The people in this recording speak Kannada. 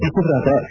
ಸಚಿವರಾದ ಸಿ